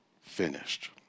finished